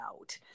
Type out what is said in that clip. out